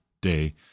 day